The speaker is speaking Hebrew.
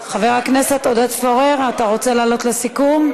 חבר הכנסת עודד פורר, אתה רוצה לעלות לסיכום?